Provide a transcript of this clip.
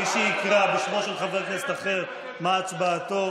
אחר מהצבעתו,